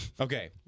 okay